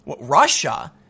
Russia